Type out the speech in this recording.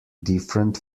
different